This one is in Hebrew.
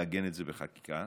לעגן את זה בחקיקה.